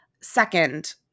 Second